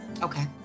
Okay